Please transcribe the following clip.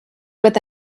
with